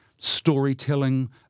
storytelling